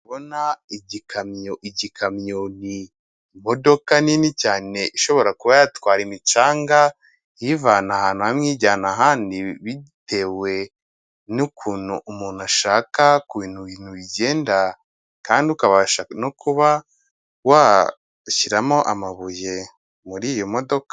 Kubona igikamyo ni imodoka nini cyane ishobora kuba yatwara imicanga iyivana ahantu hamwe ijyana ahandi bitewe n'ukuntu umuntu ashaka ku bintu ibintu bigenda kandi ukabasha no kuba washyiramo amabuye muri iyo modoka.